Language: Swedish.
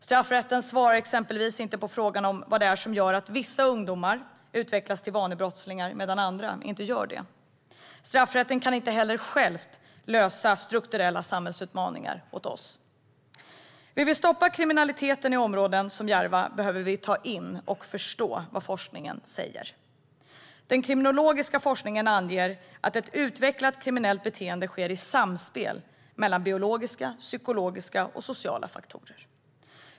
Straffrätten svarar exempelvis inte på frågan om vad det är som gör att vissa ungdomar utvecklas till vanebrottslingar medan andra inte gör det. Straffrätten kan inte heller själv lösa strukturella samhällsutmaningar åt oss. Vill vi stoppa kriminaliteten i områden som Järva behöver vi ta in och förstå vad forskningen säger. Den kriminologiska forskningen anger att ett utvecklat kriminellt beteende sker i samspel mellan biologiska, psykologiska och sociala faktorer.